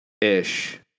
ish